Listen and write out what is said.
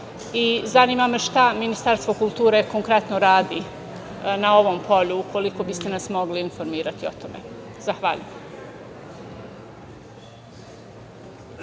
i zanima me šta Ministarstvo kulture konkretno radi na ovim polju, ukoliko bi ste nas mogli informirati o tome? Zahvaljujem.